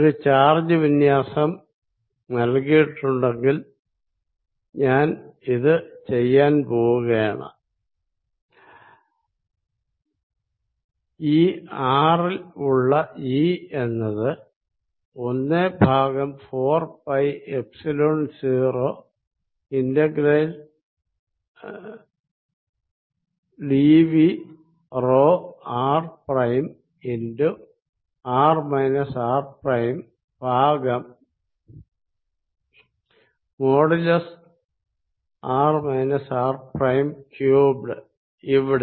ഒരു ചാർജ് വിന്യാസം നൽകിയിട്ടുണ്ടെങ്കിൽ ഞാൻ ഇത് ചെയ്യാൻ പോകുകയാണ് ഈ r ൽ ഉള്ള E എന്നത് 1 ഭാഗം 4 പൈ എപ്സിലോൺ ൦ ഇന്റഗ്രേഷൻ dv റോr 'r r ' ഭാഗം |r r' | ക്യൂബ്ഡ് ഇവിടെ